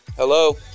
Hello